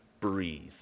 breathe